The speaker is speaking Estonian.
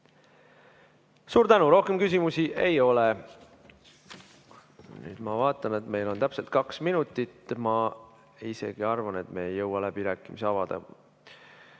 Suur tänu! Rohkem küsimusi ei ole. Nüüd ma vaatan, et meil on jäänud täpselt kaks minutit. Ma arvan, et me ei jõua läbirääkimisi avada.